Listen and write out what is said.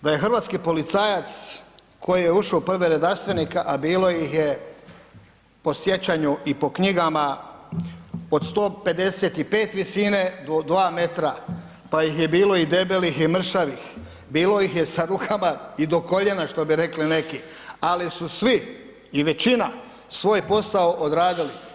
Da je hrvatski policajac koji je ušao u prve redarstvenike, a bilo ih je, po sjećanju i po knjigama od 155 visine do 2 metra, pa ih je bilo i debelih i mršavih, bilo ih je sa rukama i do koljena, što bi rekli neki, ali su svi i većina svoj posao odradili.